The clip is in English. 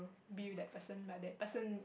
be with that person but that person